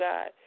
God